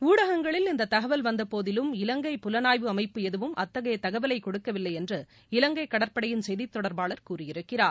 ஊடகங்களில் இந்த தகவல் வந்த போதிலும் இலங்கை புலனாய்வு அமைப்பு ஏதுவும் அத்தகைய தகவலை கொடுக்க வில்லை என்று இலங்கை கடற்படையின் செய்திதொடர்பாளர் கூறியிருக்கிறார்